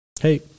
Hey